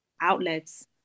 outlets